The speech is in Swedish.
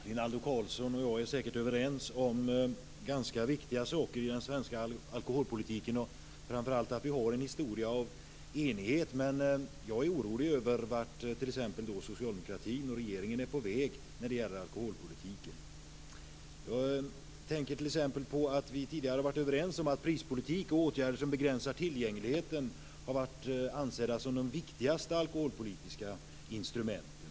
Herr talman! Rinaldo Karlsson och jag är säkert överens om ganska viktiga saker i den svenska alkoholpolitiken. Framför allt har vi en historia av enighet. Men jag är t.ex. orolig över vart socialdemokratin och regeringen är på väg när det gäller alkoholpolitiken. Jag tänker t.ex. på att vi tidigare har varit överens om att prispolitik och åtgärder som begränsar tillgängligheten har varit ansedda som de viktigaste alkoholpolitiska instrumenten.